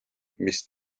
mis